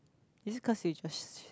is it call seisures